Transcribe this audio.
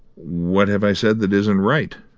what have i said that isn't right?